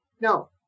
No